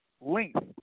length